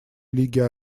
лиги